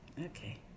Okay